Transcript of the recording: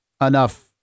enough